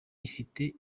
ifite